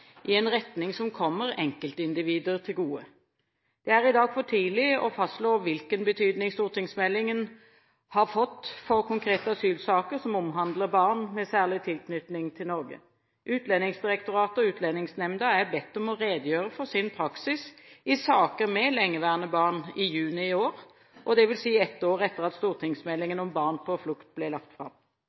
i en retning som kommer enkeltindivider til gode. Det er i dag for tidlig å fastslå hvilken betydning stortingsmeldingen har fått for konkrete asylsaker som omhandler barn med særlig tilknytning til Norge. Utlendingsdirektoratet og Utlendingsnemnda er bedt om å redegjøre for sin praksis i saker med lengeværende barn i juni i år, dvs. ett år etter at stortingsmeldingen om barn på flukt ble lagt fram.